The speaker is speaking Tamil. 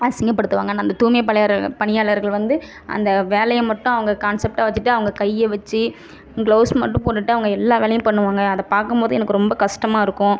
அசிங்க படுத்துவாங்க அந்த தூய்மை பணியாளர் பணியாளர்கள் வந்து அந்த வேலையை மட்டும் அவங்க கான்செப்ட்டாக வைச்சிட்டு அவங்க கையை வைச்சி க்ளவ்ஸ் மட்டும் போட்டுகிட்டு அவங்க எல்லா வேலையையும் பண்ணுவாங்க அதை பார்க்கும்போது எனக்கு ரொம்ப கஷ்டமா இருக்கும்